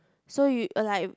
so you uh like